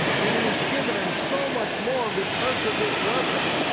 and he has given him so much more because of this blessing.